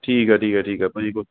ਠੀਕ ਹੈ ਠੀਕ ਹੈ ਠੀਕ ਹੈ ਭਾਅ ਜੀ